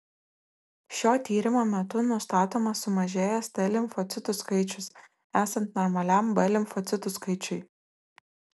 šio tyrimo metu nustatomas sumažėjęs t limfocitų skaičius esant normaliam b limfocitų skaičiui